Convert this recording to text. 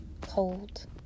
cold